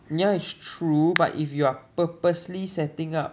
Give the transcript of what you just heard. ya it's true but if you are purposely setting up